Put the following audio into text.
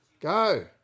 Go